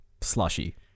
slushy